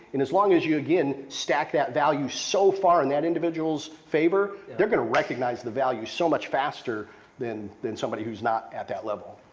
as long as you, again, stack that value so far in that individual's favor, they're going to recognize the value so much faster than than somebody who's not at that level.